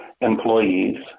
employees